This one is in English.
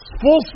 Full